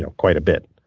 so quite a bit.